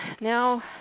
now